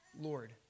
Lord